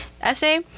essay